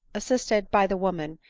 assisted by the woman,